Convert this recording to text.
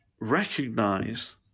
recognize